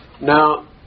Now